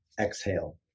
exhale